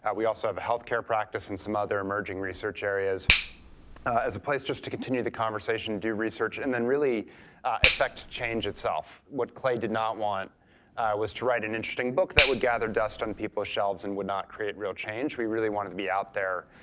we also have a health care practice in some other emerging research areas as a place just to continue the conversation, do research, and then really effect change itself. what clay did not want was to write an interesting book that would gather dust on people shelves and would not create real change. we really wanted to be out there